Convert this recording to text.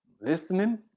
listening